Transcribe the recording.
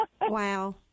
Wow